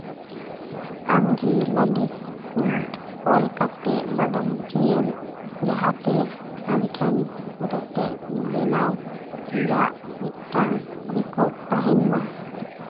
ᱟᱢᱜᱮ ᱞᱟᱹᱞᱤᱥ ᱠᱚ ᱚᱞ ᱠᱟᱛᱮ ᱵᱟᱰᱟᱭ ᱦᱚᱪᱚᱭᱮᱢ ᱡᱟᱦᱟᱛᱮ ᱟᱢᱴᱷᱮᱱ ᱨᱮᱛᱮᱫ ᱵᱮᱱᱟᱣ ᱨᱮᱭᱟᱜ ᱢᱤᱫᱴᱟᱝ ᱨᱮᱠᱚᱨᱰ ᱛᱟᱦᱮᱱ ᱢᱟ